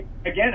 again